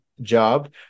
job